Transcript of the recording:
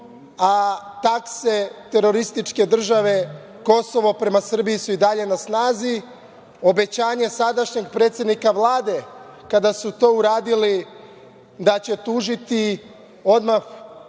a takse terorističke države Kosovo prema Srbiji su i dalje na snazi. Obećanje sadašnjeg predsednika Vlade, kada su to uradili, bilo je da će tužiti odmah